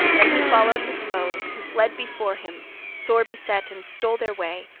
then he followed his foes, who fled before him sore beset and stole their way,